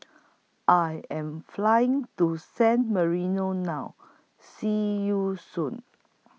I Am Flying to San Marino now See YOU Soon